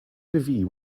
levee